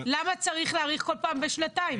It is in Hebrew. למה צריך להאריך כל פעם בשנתיים?